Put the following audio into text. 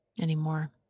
anymore